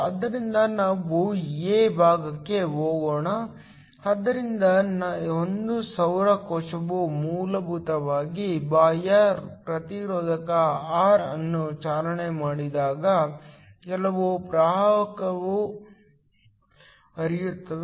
ಆದ್ದರಿಂದ ನಾವು ಎ ಭಾಗಕ್ಕೆ ಹೋಗೋಣ ಆದ್ದರಿಂದ ಒಂದು ಸೌರ ಕೋಶವು ಮೂಲಭೂತವಾಗಿ ಬಾಹ್ಯ ಪ್ರತಿರೋಧಕ ಆರ್ ಅನ್ನು ಚಾಲನೆ ಮಾಡುವಾಗ ಕೆಲವು ಪ್ರವಾಹವು ಹರಿಯುತ್ತದೆ